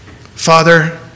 Father